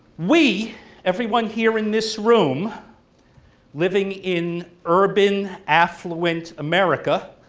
we everyone here in this room living in urban affluent america,